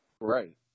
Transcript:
Right